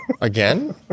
Again